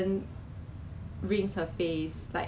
like 面对面讲话 like in real life